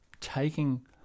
taking